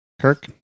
Kirk